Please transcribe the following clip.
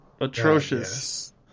atrocious